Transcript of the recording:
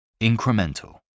Incremental